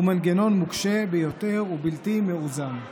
הוא מנגנון מוקשה ביותר ובלתי מאוזן.